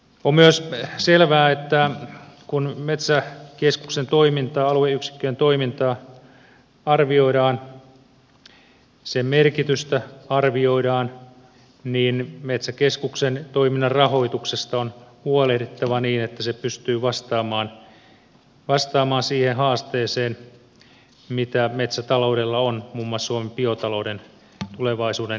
on myös selvää että kun metsäkeskuksen toimintaa alueyksikköjen toimintaa arvioidaan sen merkitystä arvioidaan niin metsäkeskuksen toiminnan rahoituksesta on huolehdittava niin että se pystyy vastaamaan siihen haasteeseen mitä metsätaloudella on muun muassa suomen biotalouden tulevaisuuden kehittämisessä